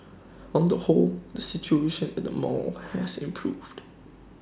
on the whole the situation at the mall has improved